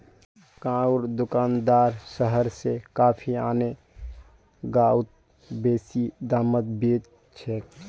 गांउर दुकानदार शहर स कॉफी आने गांउत बेसि दामत बेच छेक